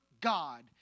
God